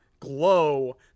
glow